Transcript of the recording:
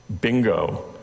bingo